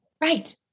Right